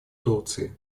турции